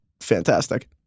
fantastic